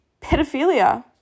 pedophilia